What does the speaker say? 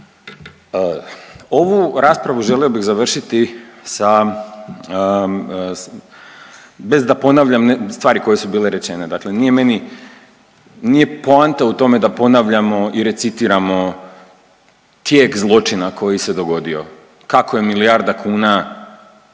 Ovu raspravu želio bih završiti sa, bez da ponavljam stvari koje su bile rečene. Dakle, nije meni, nije poanta u tome da ponavljamo i recitiramo tijek zločina koji se dogodio. Kako je milijarda kuna